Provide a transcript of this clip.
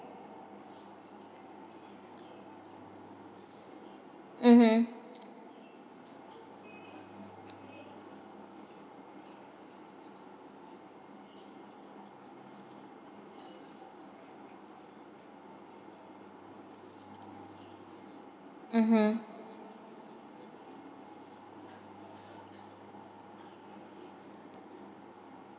mmhmm mmhmm